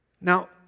Now